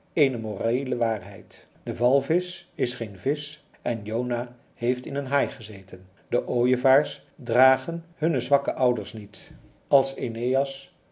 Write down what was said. eene moreele waarheid de walvisch is geen visch en jona heeft in een haai gezeten de ooievaars dragen hunne zwakke ouders niet als aeneas